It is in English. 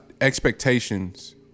expectations